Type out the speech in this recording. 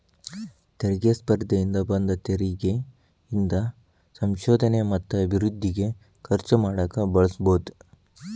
ತೆರಿಗೆ ಸ್ಪರ್ಧೆಯಿಂದ ಬಂದ ತೆರಿಗಿ ಇಂದ ಸಂಶೋಧನೆ ಮತ್ತ ಅಭಿವೃದ್ಧಿಗೆ ಖರ್ಚು ಮಾಡಕ ಬಳಸಬೋದ್